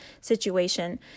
situation